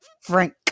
Frank